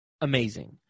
amazing